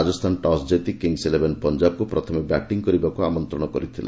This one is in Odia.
ରାଜସ୍ଥାନ ଟସ୍ ଜିତି କିଙ୍ଗସ୍ ଇଲେଭେନ୍ ପଞ୍ଜାବକୁ ପ୍ରଥମେ ବ୍ୟାଟିଂ କରିବାକୁ ଆମନ୍ତ୍ରଣ କରିଥିଲା